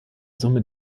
summe